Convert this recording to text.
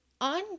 on